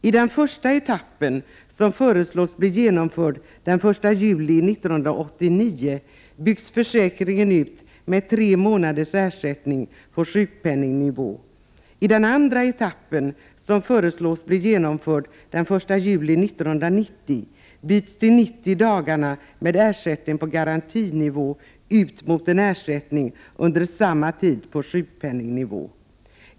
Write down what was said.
I den första etappen, som föreslås bli genomförd den 1 juli 1989, byggs försäkringen ut med tre månaders ersättning på sjukpenningnivå. I den andra etappen, som föreslås bli genomförd den 1 juli 1990, byts de 90 dagarna med ersättning på garantinivå ut mot en ersättning under samma tid på sjukpenningnivå.